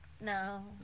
No